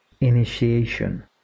initiation